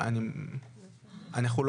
המצגת שהכנתי?